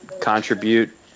contribute